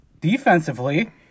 defensively